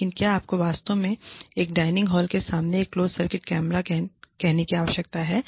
लेकिन क्या आपको वास्तव में एक डाइनिंग हॉल के सामने एक क्लोज सर्किट कैमरा कहने की आवश्यकता है